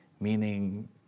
Meaning